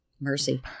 Mercy